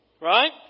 Right